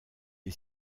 est